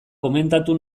komentatu